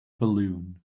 balloon